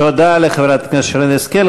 תודה לחברת הכנסת שרן השכל.